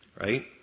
right